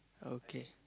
okay